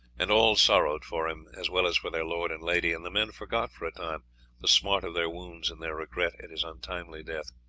and all sorrowed for him as well as for their lord and lady, and the men forgot for a time the smart of their wounds in their regret at his untimely death.